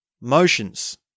motions